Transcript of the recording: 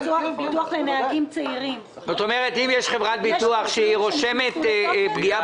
כלומר אם יש חברת ביטוח שרושמת פגיעה